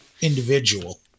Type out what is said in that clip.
individual